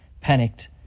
Panicked